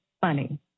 funny